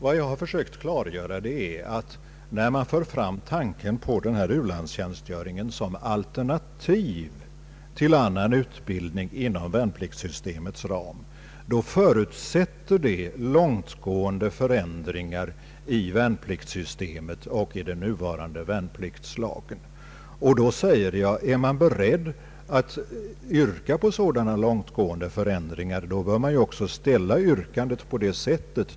Vad jag har försökt klargöra är att när man för fram tanken på denna u-landstjänstgöring som alternativ till utbildning inom =<:värnpliktssystemet, förutsätter det långtgående förändringar i värnpliktssystemet och i den nuvarande värnpliktslagen. Jag har också sagt: är man beredd att yrka på sådana långtgående förändringar bör man också ställa yrkandet i enlighet därmed.